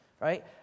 right